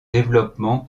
développement